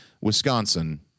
Wisconsin